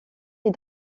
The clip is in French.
les